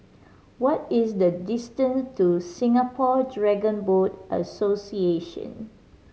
what is the distance to Singapore Dragon Boat Association